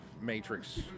Matrix